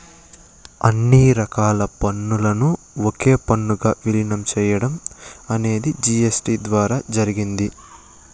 అన్ని రకాల పన్నులను ఒకే పన్నుగా విలీనం చేయడం అనేది జీ.ఎస్.టీ ద్వారా జరిగింది